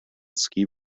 ski